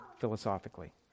philosophically